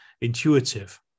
intuitive